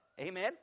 Amen